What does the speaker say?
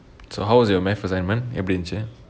so how was your math assignment எப்படி இருந்துச்சு:eppadi irunthuchu